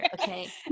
okay